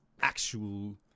actual